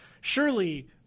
surely